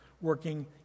working